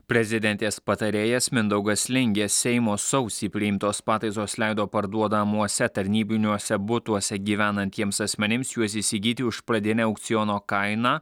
prezidentės patarėjas mindaugas lingė seimo sausį priimtos pataisos leido parduodamuose tarnybiniuose butuose gyvenantiems asmenims juos įsigyti už pradinę aukciono kainą